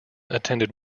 attended